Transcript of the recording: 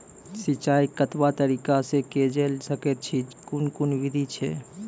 सिंचाई कतवा तरीका सअ के जेल सकैत छी, कून कून विधि ऐछि?